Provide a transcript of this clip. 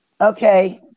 Okay